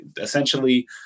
Essentially